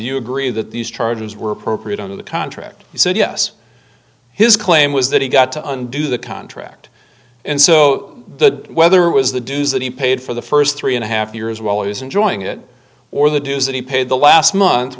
you agree that these charges were appropriate on the contract he said yes his claim was that he got to undo the contract and so the weather was the dues that he paid for the first three and a half years while he was enjoying it or the dues that he paid the last month